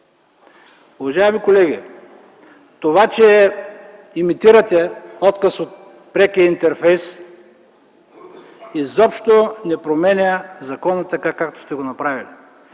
Уважаеми колеги, това, че имитирате отказ от прекия интерфейс, изобщо не променя закона така, както сте го направили.